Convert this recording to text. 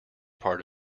part